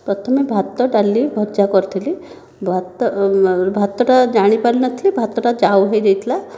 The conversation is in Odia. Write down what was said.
ପ୍ରଥମେ ଭାତ ଡାଲି ଭଜା କରିଥିଲି ଭାତ ଭାତଟା ଜାଣିପାରିନଥିଲି ଭାତଟା ଜାଉ ହୋଇଯାଇଥିଲା